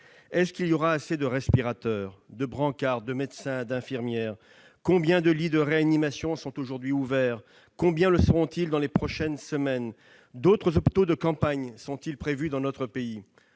expression. Y aura-t-il assez de respirateurs, de brancards, de médecins, d'infirmières ? Combien de lits de réanimation sont-ils aujourd'hui ouverts ? Combien le seront dans les prochaines semaines ? D'autres hôpitaux de campagne sont-ils prévus dans notre pays ?